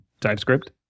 TypeScript